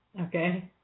Okay